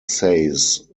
says